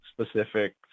specific